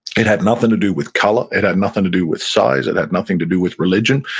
it had nothing to do with color. it had nothing to do with size. it had nothing to do with religion.